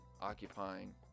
occupying